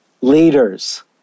leaders